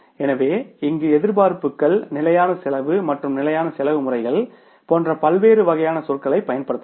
எனவே இங்கு எதிர்பார்ப்புகள் நிலையான செலவு மற்றும் நிலையான செலவு முறைகள் போன்ற பல்வேறு வகையான சொற்களைப் பயன்படுத்தலாம்